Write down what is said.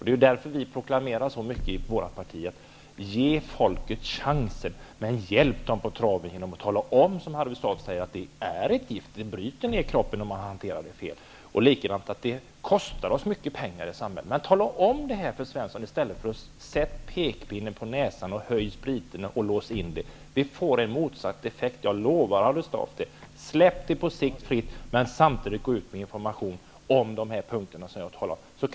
Det är därför som vi i vårt parti så mycket proklamerar att vi skall ge folk chansen -- men hjälpa dem på traven genom att tala om, som Harry Staaf säger, att det är ett gift som bryter ned kroppen om man hanterar det fel, och likaså att det kostar samhället mycket pengar. Tala om det här för Svensson -- i stället för att sätta pekpinnen på näsan, höja priserna och låsa in spriten, för det får motsatt effekt, jag lovar Harry Staaf det. Släpp på sikt alkoholen fri, men gå samtidigt ut med information om de här punkterna som jag har tagit upp.